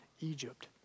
Egypt